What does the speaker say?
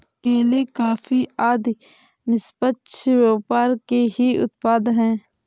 केले, कॉफी आदि निष्पक्ष व्यापार के ही उत्पाद हैं